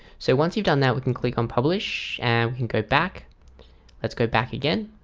so once you've done that we can click on publish and we can go back let's go back again,